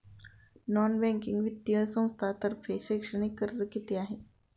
Non banking वित्तीय संस्थांतर्फे शैक्षणिक कर्ज किती आहे?